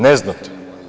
Ne znate.